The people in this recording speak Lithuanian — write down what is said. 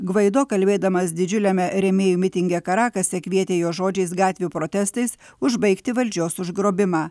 gvaido kalbėdamas didžiuliame rėmėjų mitinge karakase kvietė juos žodžiais gatvių protestais užbaigti valdžios užgrobimą